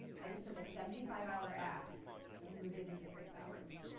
i just took a seventy five hour ask and moved it into six hours,